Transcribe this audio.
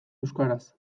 euskaraz